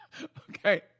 Okay